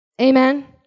Amen